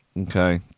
Okay